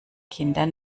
kinder